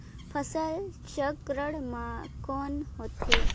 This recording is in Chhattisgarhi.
फसल चक्रण मा कौन होथे?